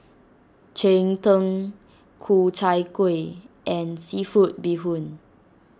Cheng Tng Ku Chai Kuih and Seafood Bee Hoon